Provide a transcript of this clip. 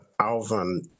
Alvin